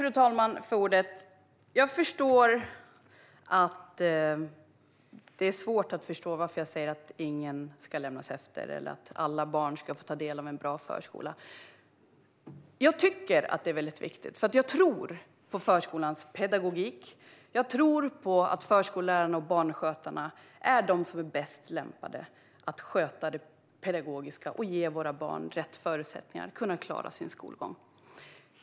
Fru talman! Jag förstår att det är svårt att förstå varför jag säger att ingen ska lämnas efter eller att alla barn ska få ta del av en bra förskola. Jag tycker att detta är väldigt viktigt, för jag tror på förskolans pedagogik. Jag tror på att förskollärarna och barnskötarna är bäst lämpade att sköta det pedagogiska och ge våra barn rätt förutsättningar att klara sin skolgång.